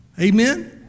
Amen